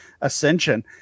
ascension